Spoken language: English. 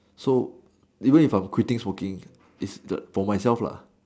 so even I am quitting smoking is the for myself lah